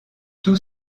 tout